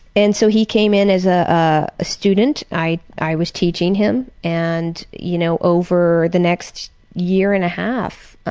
and so he came in as ah ah a student. i i was teaching him, and, you know, over the next year and a half,